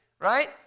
right